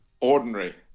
Ordinary